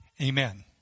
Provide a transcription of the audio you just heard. Amen